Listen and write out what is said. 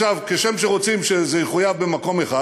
כשם שרוצים שזה יחויב במקום אחד,